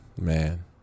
Man